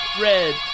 red